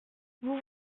vous